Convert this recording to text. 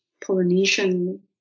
Polynesian